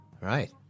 Right